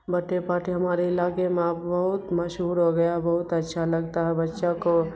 birthday party ہمارے علاقے میں اب بہت مشہور ہو گیا ہے بہت اچھا لگتا ہے بچہ کو